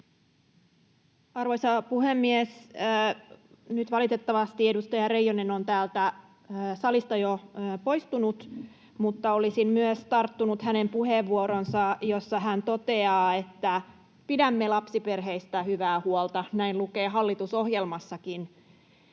Arvoisa puhemies! Nyt valitettavasti edustaja Reijonen on täältä salista jo poistunut, mutta olisin myös tarttunut hänen puheenvuoroonsa, jossa hän totesi, että pidämme lapsiperheistä hyvää huolta, näin lukee hallitusohjelmassakin.